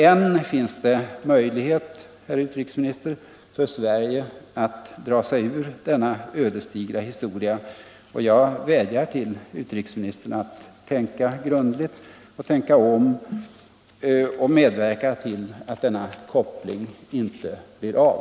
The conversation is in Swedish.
Än finns det emellertid möjlighet, herr utrikesminister, för Sverige att dra sig ur denna ödesdigra historia, och jag vädjar till utrikesministern att överväga saken grundligt, tänka om och medverka till att denna koppling inte blir av.